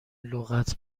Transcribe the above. لغت